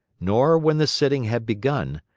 nor, when the sitting had begun,